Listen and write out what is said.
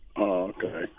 Okay